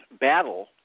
battle